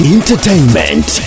Entertainment